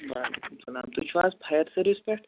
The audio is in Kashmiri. وعلیکُم سَلام تُہۍ چھِو حظ فایر سٔروِس پٮ۪ٹھ